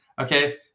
okay